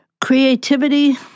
creativity